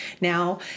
now